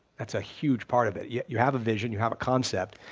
that's a huge part of it. yeah you have a vision, you have a concept,